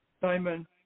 Simon